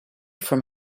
from